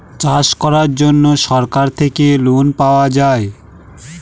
চাষ করার জন্য সরকার থেকে লোন পাওয়া যায়